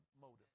motive